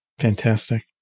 Fantastic